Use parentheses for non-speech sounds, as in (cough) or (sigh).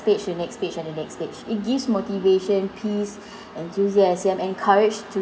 page the next page and the next page it gives motivation peace (breath) enthusiasm and courage to